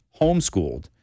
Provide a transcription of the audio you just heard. homeschooled